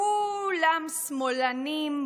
כולם שמאלנים,